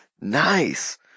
nice